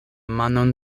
manon